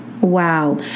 Wow